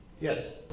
Yes